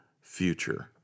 future